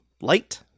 light